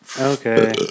Okay